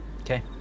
Okay